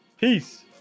Peace